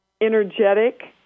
energetic